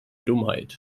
dummheit